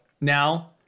now